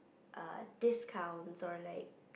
err discounts or like